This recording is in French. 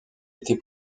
été